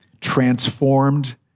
Transformed